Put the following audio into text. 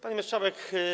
Pani Marszałek!